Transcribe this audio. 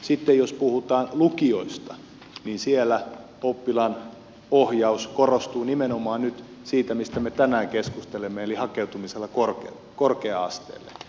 sitten jos puhutaan lukioista niin siellä oppilaanohjaus korostuu nimenomaan nyt siinä mistä me tänään keskustelemme eli hakeutumisessa korkea asteelle